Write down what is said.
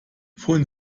von